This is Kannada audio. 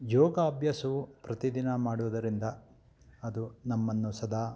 ಯೋಗ ಅಭ್ಯಾಸವು ಪ್ರತಿದಿನ ಮಾಡುದರಿಂದ ಅದು ನಮ್ಮನ್ನು ಸದಾ